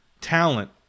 talent